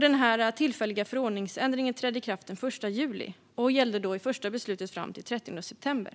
Den tillfälliga förordningsändringen trädde i kraft den 1 juli och gällde i det första beslutet fram till den 30 september.